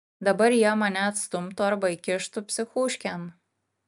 dabar jie mane atstumtų arba įkištų psichuškėn